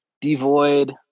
Devoid